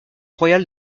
royal